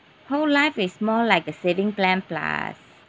whole life is more like the saving plan plus